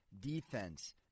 defense